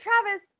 Travis